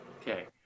Okay